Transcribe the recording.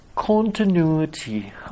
Continuity